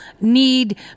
need